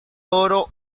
oro